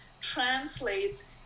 translates